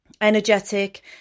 energetic